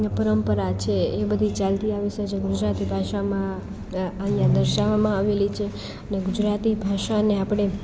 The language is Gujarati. પરંપરા છે એ બધી ચાલતી આવી છે જે ગુજરાતી ભાષામાં અહીંયા દર્શાવામાં આવેલી છે ને ગુજરાતી ભાષાને આપણે